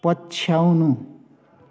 पछ्याउनु